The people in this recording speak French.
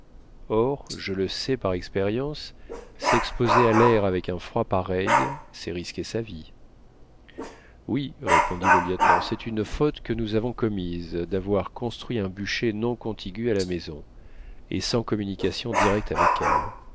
or je le sais par expérience s'exposer à l'air avec un froid pareil c'est risquer sa vie oui répondit le lieutenant c'est une faute que nous avons commise d'avoir construit un bûcher non contigu à la maison et sans communication directe avec elle